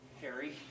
Harry